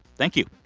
thank you